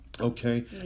okay